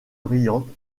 brillante